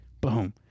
Boom